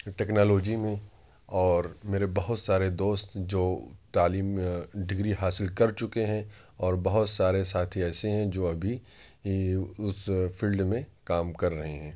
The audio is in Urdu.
ٹکنالوجی میں اور میرے بہت سارے دوست جو تعلیم ڈگری حاصل کر چکے ہیں اور بہت سارے ساتھی ایسے ہیں جو ابھی اس فیلڈ میں کام کر رہے ہیں